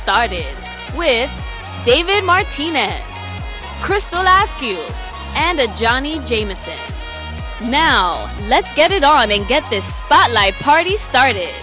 started with david martinez crystal ask you and the johnny jamison now let's get it on and get this spotlight party started